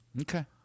Okay